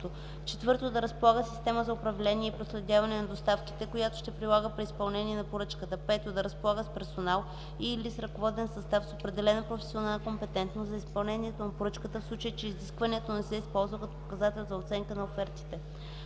4. да разполага със система за управление и проследяване на доставките, която ще прилага при изпълнение на поръчката; 5. да разполага с персонал и/или с ръководен състав с определена професионална компетентност, за изпълнението на поръчката в случай че изискването не се използва като показател за оценка на офертите;